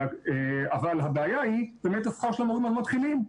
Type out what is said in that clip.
אבל הבעיה היא באמת השכר של המורים המתחילים,